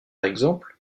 exemple